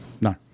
no